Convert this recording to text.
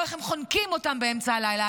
או איך הם חונקים אותן באמצע הלילה.